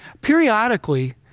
Periodically